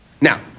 Now